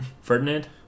Ferdinand